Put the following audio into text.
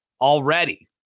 already